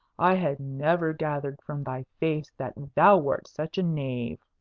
i had never gathered from thy face that thou wert such a knave.